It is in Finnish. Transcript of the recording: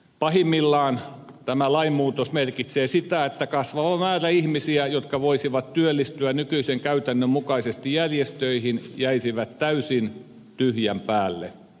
pahimmillaan tämä lainmuutos merkitsee sitä että kasvava määrä ihmisiä jotka voisivat työllistyä nykyisen käytännön mukaisesti järjestöihin jäisivät täysin tyhjän päälle